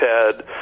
Ted